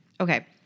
Okay